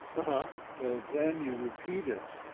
ah huh. well, then you repeat it.